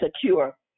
secure